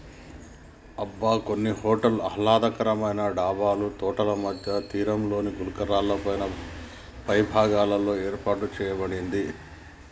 అబ్బ కొన్ని హోటల్స్ ఆహ్లాదకరంగా డాబాలు తోటల మధ్య తీరంలోని గులకరాళ్ళపై భాగంలో ఏర్పాటు సేయబడింది